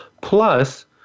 plus